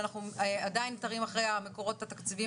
אנחנו עדיין תרים אחרי המקורות התקציביים